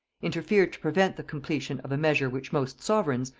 interfered to prevent the completion of a measure which most sovereigns,